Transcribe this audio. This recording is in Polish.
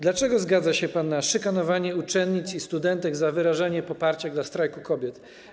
Dlaczego zgadza się pan na szykanowanie uczennic i studentek za wyrażanie poparcia dla Strajku Kobiet?